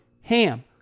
HAM